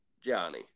Johnny